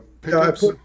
pickups